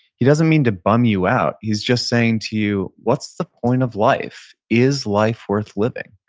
he doesn't mean to bum you out. he's just saying to you, what's the point of life? is life worth living?